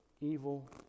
evil